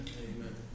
Amen